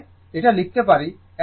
তার মানে এটা লিখতে পারি